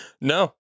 No